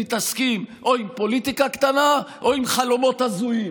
מתעסקים או עם פוליטיקה קטנה או עם חלומות הזויים,